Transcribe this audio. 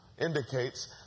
indicates